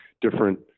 different